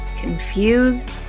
confused